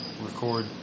record